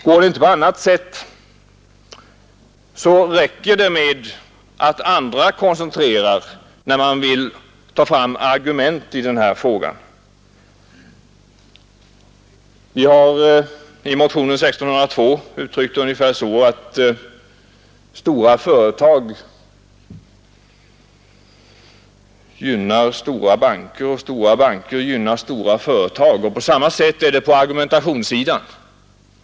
Går det inte på annat sätt så räcker det med att andra koncentrerar när man vill ta fram argument i den här frågan. Vi har i motionen 1602 uttryckt det ungefär så, att stora företag gynnar stora banker och stora banker gynnar stora företag. På samma sätt är det i argumentationen.